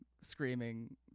screaming